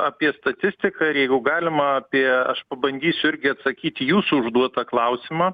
apie statistiką ir jeigu galima apie aš pabandysiu irgi atsakyt į jūsų užduotą klausimą